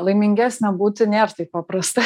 laimingesne būti nėr taip paprasta